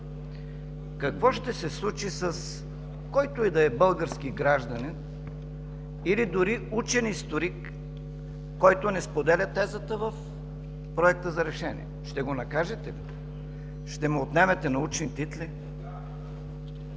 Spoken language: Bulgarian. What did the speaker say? какво ще се случи с който и да е български гражданин или дори учен историк, който не споделя тезата в Проекта за решение?! Ще го откажете ли?! Ще му отнемете научни титли?!